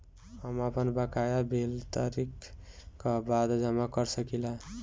हम आपन बकाया बिल तारीख क बाद जमा कर सकेला?